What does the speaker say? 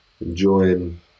enjoying